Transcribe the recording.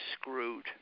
screwed